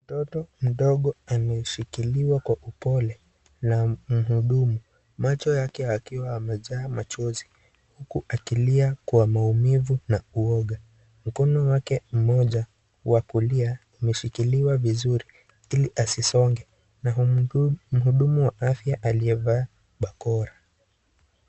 Mtoto mdogo ameshikiliwa kwa upole na mhudumu, macho yake yakiwa yamejaa machozi, huku akilia kwa maumivu na uwoga. Mkono wake mmoja wa kulia umeshikiliwa vizuri ili asisonge na mhudumu wa afya aliyevaa bakora.